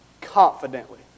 Confidently